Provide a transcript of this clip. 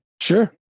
Sure